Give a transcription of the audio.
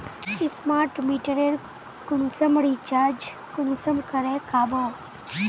Smart मीटरेर कुंसम recharge कुंसम करे का बो?